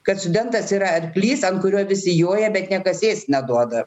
kad studentas yra arklys ant kurio visi joja bet niekas ėst neduoda